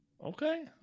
Okay